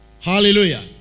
Hallelujah